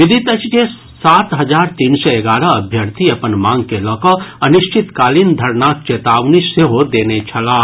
विदित अछि जे सात हजार तीन सय एगारह अभ्यर्थी अपन मांग के लड कड अनिश्चित कालीन धरनाक चेतावनी सेहो देने छलाह